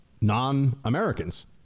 non-Americans